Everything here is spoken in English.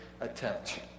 attempt